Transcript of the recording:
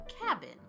cabin